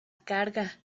carga